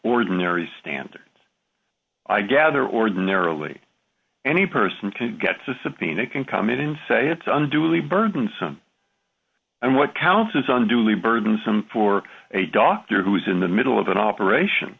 ordinary standards i gather ordinarily any person can get a subpoena can come in and say it's unduly burdensome and what counts is on duly burdensome for a doctor who is in the middle of an operation